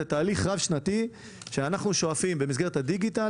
זה תהליך רב-שנתי שאנחנו שואפים אליו במסגרת הדיגיטל,